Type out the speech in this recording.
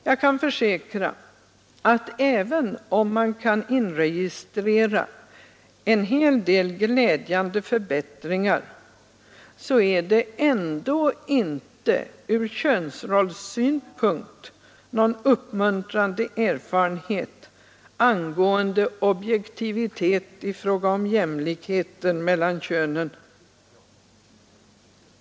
Jag kan försäkra att även om man kan inregistrera en hel del glädjande förbättringar, så är det ur könsrollssynpunkt ändå inte någon uppmuntrande erfarenhet i vad avser objektivitet rörande jämlikheten mellan könen.